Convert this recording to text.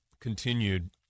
continued